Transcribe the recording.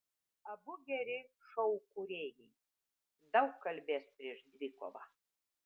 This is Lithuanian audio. abu geri šou kūrėjai daug kalbės prieš dvikovą